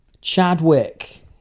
Chadwick